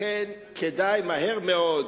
כדאי מהר מאוד